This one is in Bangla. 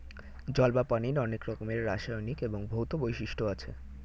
জল বা পানির অনেক রকমের রাসায়নিক এবং ভৌত বৈশিষ্ট্য আছে